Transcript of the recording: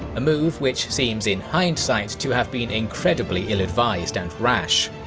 a move which seems in hindsight to have been incredibly ill advised and rash.